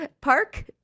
Park